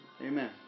Amen